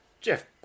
Jeff